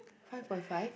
five point five